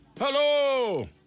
Hello